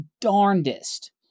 darndest